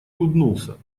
улыбнулся